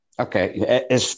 Okay